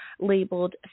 labeled